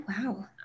wow